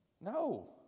No